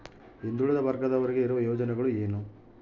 ಹಿಂದುಳಿದ ವರ್ಗದವರಿಗೆ ಇರುವ ಯೋಜನೆಗಳು ಏನು?